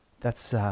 That's